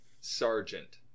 Sergeant